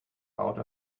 out